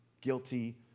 guilty